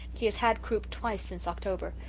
he has had croup twice since october.